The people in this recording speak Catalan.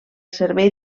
servei